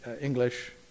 English